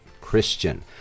Christian